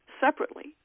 separately